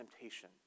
temptation